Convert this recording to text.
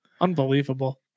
Unbelievable